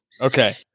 Okay